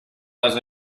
les